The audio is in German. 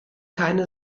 keine